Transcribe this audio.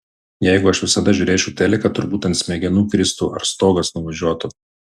jeigu aš visada žiūrėčiau teliką turbūt ant smegenų kristų ar stogas nuvažiuotų